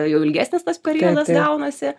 jau ilgesnis tas periodas gaunasi